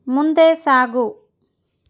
ಮುಂದೆ ಸಾಗು